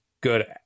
good